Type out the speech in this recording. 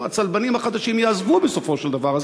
הצלבנים החדשים יעזבו בסופו של דבר.